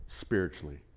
spiritually